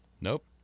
Nope